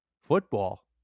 football